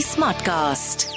Smartcast